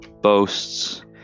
boasts